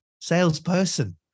salesperson